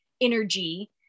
energy